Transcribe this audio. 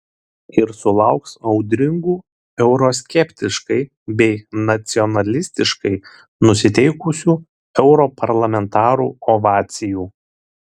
ir sulauks audringų euroskeptiškai bei nacionalistiškai nusiteikusių europarlamentarų ovacijų